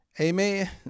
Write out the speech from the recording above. amen